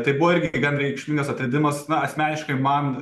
tai buvo irgi gan reikšmingas atradimas na asmeniškai man